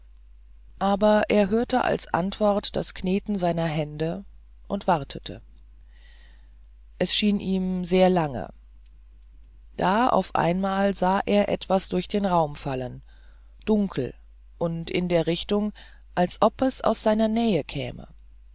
aber er hörte als antwort das kneten seiner hände und wartete es erschien ihm sehr lange da auf einmal sah er etwas durch den raum fallen dunkel und in der richtung als ob es aus seiner nähe käme